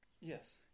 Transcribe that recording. Yes